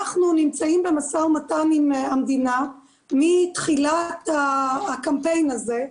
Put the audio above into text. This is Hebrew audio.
אנחנו נמצאים במשא ומתן עם המדינה מתחילת הקמפיין הזה,